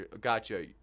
Gotcha